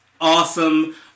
awesome